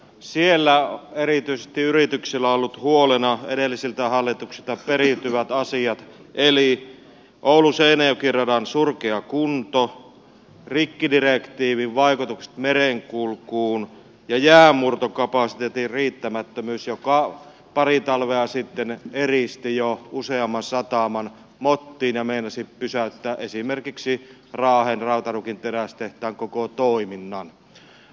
siellä erityisesti yrityksillä on ollut huolena edellisiltä hallituksilta periytyvät asiat eli ouluseinäjoki radan surkea kunto rikkidirektiivin vaikutukset merenkulkuun ja jäänmurtokapasiteetin riittämättömyys joka pari talvea sitten eristi jo useamman sataman mottiin ja meinasi pysäyttää esimerkiksi raahen rautaruukin terästehtaan koko toiminnan